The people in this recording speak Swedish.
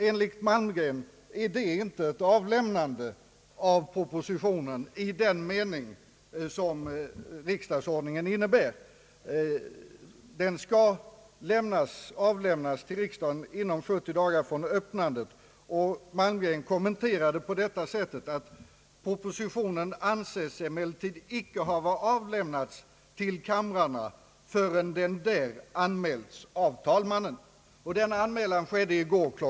Enligt Malmgren var detta emellertid inte ett avlämnande av proposition i den mening som riksdagsordningen «avser. Malmgren kommenterar grundlagsstadgandet på följande sätt: »Proposition anses emellertid ej hava avlämnats till kamrarna, förrän den där anmälts av talmännen.» Sådan anmälan skedde i går kl.